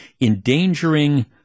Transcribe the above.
endangering